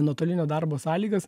nuotolinio darbo sąlygas